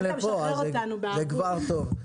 היית משחרר אותנו בערבות.